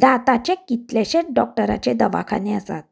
दाताचें कितलेंशेंच डॉक्टराचे दवाखाने आसात